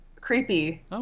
Creepy